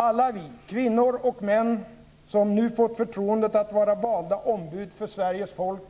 Alla vi, kvinnor och män, som nu fått förtroendet att vara valda ombud för Sveriges folk